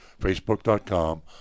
Facebook.com